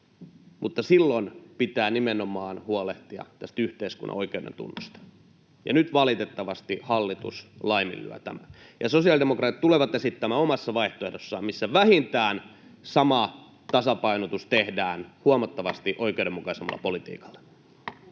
silloin pitää nimenomaan huolehtia yhteiskunnan oikeudentunnosta, ja nyt valitettavasti hallitus laiminlyö tämän. Sosiaalidemokraatit tulevat esittämään omassa vaihtoehdossaan, että vähintään sama tasapainotus tehdään huomattavasti oikeudenmukaisemmalla politiikalla.